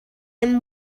him